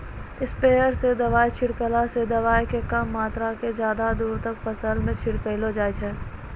sprayer स दवाय छींटला स दवाय के कम मात्रा क ज्यादा दूर तक फसल मॅ छिटलो जाय छै